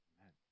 Amen